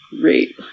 Great